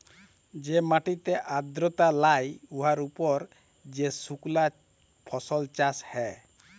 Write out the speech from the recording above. যে মাটিতে আর্দ্রতা লাই উয়ার উপর যে সুকনা ফসল চাষ হ্যয়